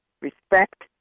respect